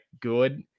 good